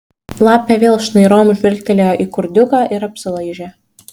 lapė vėl šnairom žvilgtelėjo į kurdiuką ir apsilaižė